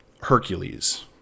Hercules